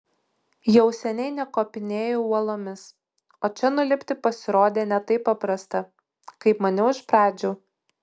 jau seniai nekopinėju uolomis o čia nulipti pasirodė ne taip paprasta kaip maniau iš pradžių